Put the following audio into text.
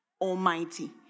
Almighty